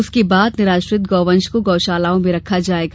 उसके बाद निराश्रित गौवंश को गौ शालाओं में रखा जायेगा